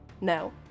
No